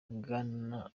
bwana